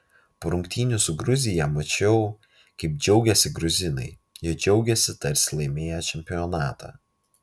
po rungtynių su gruzija mačiau kaip džiaugėsi gruzinai jie džiaugėsi tarsi laimėję čempionatą